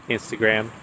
Instagram